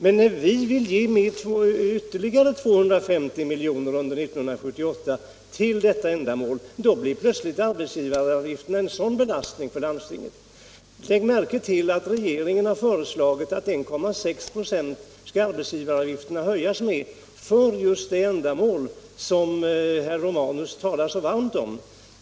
Men när vi vill ge ytterligare 250 miljoner under 1978 till samma ändamål blir arbetsgivaravgiften plötsligt en stor belastning för landstingen. Lägg märke till att regeringen har föreslagit att arbetsgivaravgifterna skall höjas med 1,6 96 just för det ändamål som herr Romanus talar så varmt för.